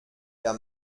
der